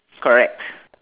correct